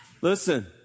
Listen